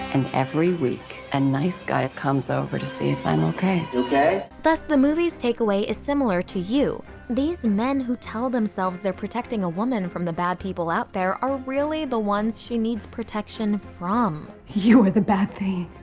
and every week, a and nice guy comes over to see if i'm okay. you okay? thus the movie's takeaway is similar to you these men who tell themselves they're protecting a woman from the bad people out there are really the ones she needs protection from. you are the bad thing.